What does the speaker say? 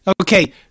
Okay